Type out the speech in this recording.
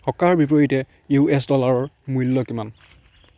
টকাৰ বিপৰীতে U S ডলাৰৰ মূল্য কিমান